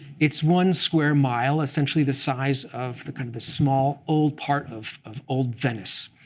it's one square mile, essentially the size of the kind of a small old part of of old venice.